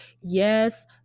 yes